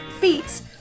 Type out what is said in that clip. beats